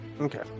Okay